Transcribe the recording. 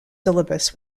syllabus